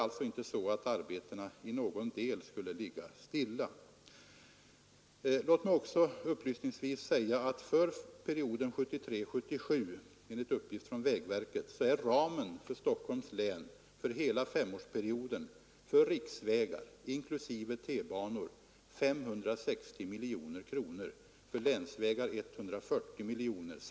Låt mig också upplysningsvis säga att enligt uppgift från vägverket är ramen för hela femårsperioden 1973-1977 för Stockholms län för riksvägar inklusive T-banor 560 miljoner kronor och för länsvägar 140 miljoner kronor.